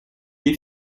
est